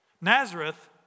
Nazareth